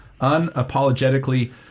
unapologetically